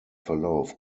verlauf